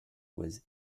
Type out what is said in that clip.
was